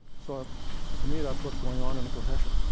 so to me, that's what's going on in the profession.